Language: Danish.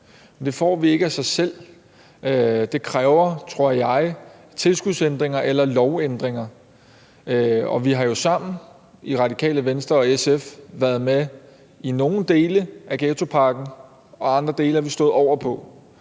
det får vi ikke af sig selv, og det kræver, tror jeg, tilskudsændringer eller lovændringer. Vi har jo sammen i Radikale Venstre og SF været med i nogle dele af ghettopakken, og i andre dele er vi stået over.